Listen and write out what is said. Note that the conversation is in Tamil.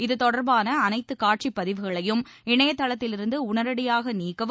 இதுதொடர்பான அனைத்து காட்சிப் பதிவுகளையும் இணைய தளத்திலிருந்து உடனடியாக நீக்கவும்